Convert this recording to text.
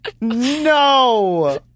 No